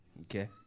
Okay